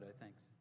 thanks